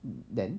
then